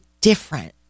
different